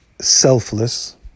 selfless